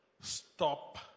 stop